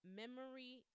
memory